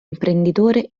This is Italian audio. imprenditore